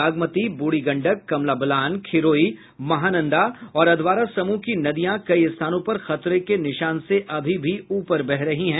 बागमती ब्रूढ़ी गंडक कमला बलान खिरोई महानंदा और अधवारा समूह की नदियां कई स्थानों पर खतरे के निशान से अभी भी ऊपर है